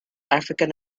african